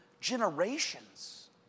generations